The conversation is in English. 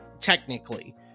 technically